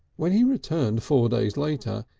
when he returned four days later,